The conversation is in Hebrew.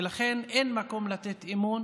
ולכן אין מקום לתת אמון